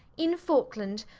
in faulkland,